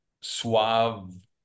suave